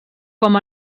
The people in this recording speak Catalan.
com